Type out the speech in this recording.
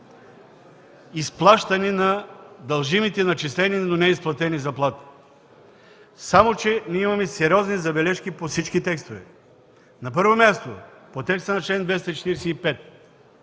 изплащане на дължимите начислени, но неизплатени заплати. Само че ние имаме сериозни забележки по всички текстове. На първо място, по текста на чл. 245,